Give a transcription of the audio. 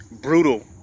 brutal